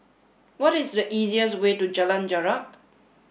what is the easiest way to Jalan Jarak